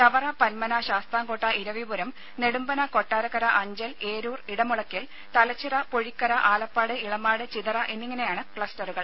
ചവറ പന്മന ശാസ്താംകോട്ട ഇരവിപുരം നെടുമ്പന കൊട്ടാരക്കര അഞ്ചൽ ഏരൂർ ഇടമുളയ്ക്കൽ തലച്ചിറ പൊഴിക്കര ആലപ്പാട് ഇളമാട് ചിതറ എന്നിവയാണ് ക്ലസ്റ്ററുകൾ